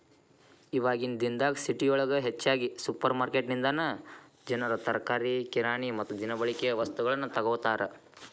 ಇವಾಗಿನ ದಿನದಾಗ ಸಿಟಿಯೊಳಗ ಹೆಚ್ಚಾಗಿ ಸುಪರ್ರ್ಮಾರ್ಕೆಟಿನಿಂದನಾ ಜನರು ತರಕಾರಿ, ಕಿರಾಣಿ ಮತ್ತ ದಿನಬಳಿಕೆ ವಸ್ತುಗಳನ್ನ ತೊಗೋತಾರ